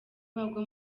bagwa